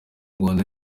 rwanda